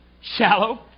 Shallow